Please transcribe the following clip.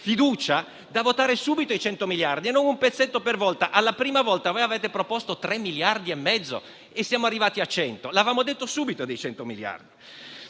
fiducia da votare subito i 100 miliardi e non un pezzetto per volta. La prima volta, avete proposto 3,5 miliardi e siamo arrivati a 100; noi avevamo parlato subito di 100 miliardi.